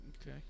okay